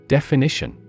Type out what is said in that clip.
Definition